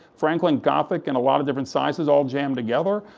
franklin gothic and a lot of different sizes all jammed together,